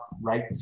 right